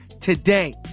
today